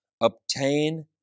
obtain